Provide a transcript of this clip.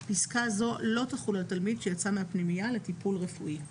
פסקה זו לא תחול על תלמיד שיצא מהפנימייה לטיפול רפואי.